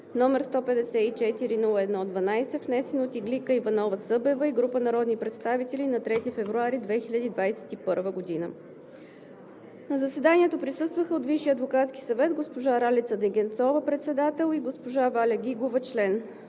№ 154-01-12, внесен от Иглика Иванова Иванова-Събева и група народни представители на 3 февруари 2021 г. На заседанието присъстваха от Висшия адвокатски съвет: госпожа Ралица Негенцова – председател, и госпожа Валя Гигова – член.